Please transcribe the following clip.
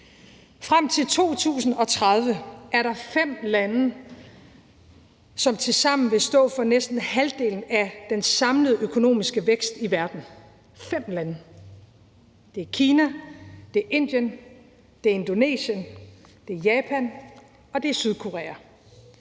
Frem til 2030 er der fem lande, som tilsammen vil stå for næsten halvdelen af den samlede økonomiske vækst i verden, fem lande – det er Kina, det er Indien, det er Indonesien, det er Japan, og det er Sydkorea